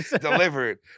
Delivered